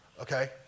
okay